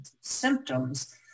symptoms